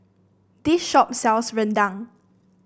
this shop sells Rendang